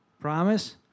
Promise